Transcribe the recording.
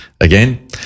again